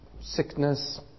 sickness